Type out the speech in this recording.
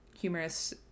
humorous